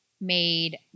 made